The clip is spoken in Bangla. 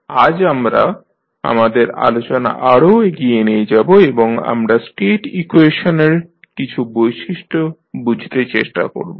আজ আমরা আমাদের আলোচনা আরও এগিয়ে নিয়ে যাব এবং আমরা স্টেট ইকুয়েশনের কিছু বৈশিষ্ট্য বুঝতে চেষ্টা করব